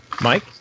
Mike